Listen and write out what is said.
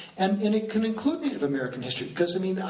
and and it can include native american history, because i mean,